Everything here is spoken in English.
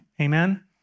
Amen